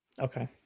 okay